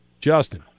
Justin